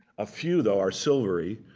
a few though, are silvery.